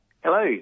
Hello